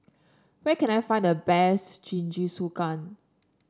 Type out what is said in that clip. where can I find the best Jingisukan